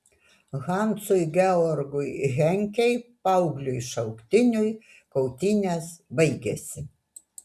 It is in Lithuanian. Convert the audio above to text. hansui georgui henkei paaugliui šauktiniui kautynės baigėsi